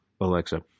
Alexa